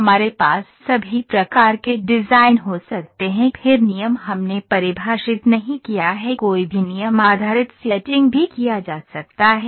हमारे पास सभी प्रकार के डिज़ाइन हो सकते हैं फिर नियम हमने परिभाषित नहीं किया है कोई भी नियम आधारित सेटिंग भी किया जा सकता है